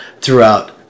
throughout